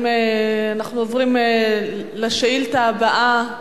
אנחנו עוברים לשאילתא הבאה,